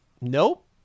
Nope